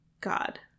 God